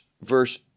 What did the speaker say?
verse